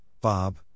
Bob